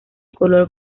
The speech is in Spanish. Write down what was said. color